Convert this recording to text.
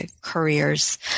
careers